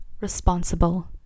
responsible